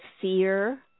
fear